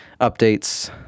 updates